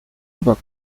über